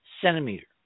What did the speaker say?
centimeter